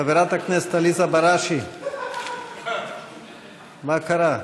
חברת הכנסת עליזה בראשי, מה קרה?